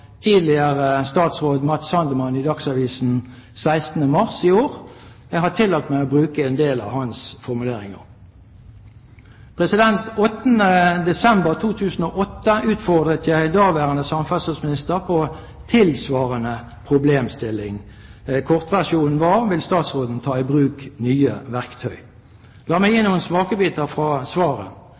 tidligere statsråd Matz Sandman i Dagsavisen 16. mars i år. Jeg har tillatt meg å bruke en del av hans formuleringer. Den 8. desember 2008 utfordret jeg daværende samferdselsminister på en tilsvarende problemstilling. Kortversjonen var: Vil statsråden ta i bruk nye verktøy? La meg gi noen smakebiter fra svaret,